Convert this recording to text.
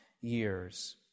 years